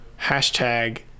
hashtag